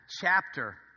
chapter